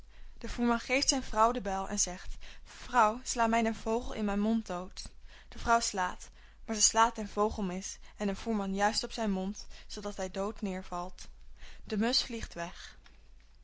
de voerman geeft zijn vrouw de bijl en zegt vrouw sla mij den vogel in mijn mond dood de vrouw slaat maar ze slaat den vogel mis en den voerman juist op zijn mond zoodat hij dood neêrvalt de musch vliegt weg